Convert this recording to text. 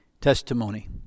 testimony